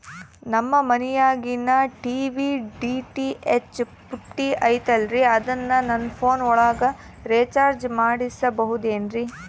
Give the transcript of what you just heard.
ನಮ್ಮ ಮನಿಯಾಗಿನ TV DTH ಪುಟ್ಟಿ ಐತಲ್ರೇ ಅದನ್ನ ನನ್ನ ಪೋನ್ ಒಳಗ ರೇಚಾರ್ಜ ಮಾಡಸಿಬಹುದೇನ್ರಿ?